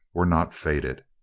were not faded.